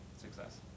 success